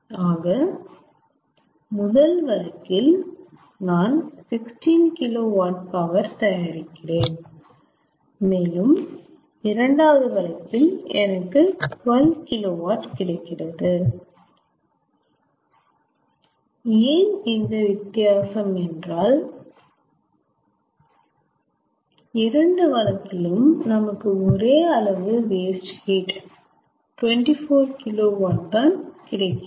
ஆக முதல் வழக்கில் நான் 16KW பவர் தயாரிக்கிறேன் மேலும் இரண்டாவது வழக்கில் எனக்கு 12KW கிடைக்கிறது ஏன் இந்த வித்தியாசம் என்றால் இரண்டு வழக்கிலும் நமக்கு ஒரே அளவுக்கு வேஸ்ட் ஹீட் 24KW தான் கிடைக்கிறது